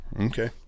Okay